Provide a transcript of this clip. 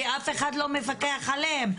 כי אף אחד לא מפקח עליהם,